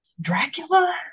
Dracula